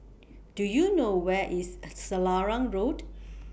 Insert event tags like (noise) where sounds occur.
Do YOU know Where IS (noise) Selarang Road